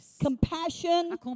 compassion